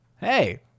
Hey